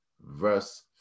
verse